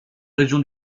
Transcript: région